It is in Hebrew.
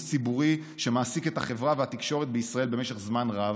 ציבורי שמעסיק את החברה והתקשורת בישראל במשך זמן רב,